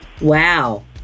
Wow